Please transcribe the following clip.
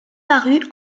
paru